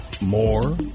more